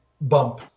bump